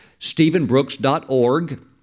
stephenbrooks.org